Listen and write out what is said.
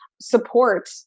support